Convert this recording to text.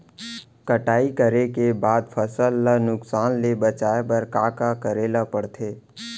कटाई करे के बाद फसल ल नुकसान ले बचाये बर का का करे ल पड़थे?